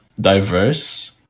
diverse